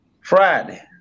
Friday